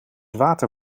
water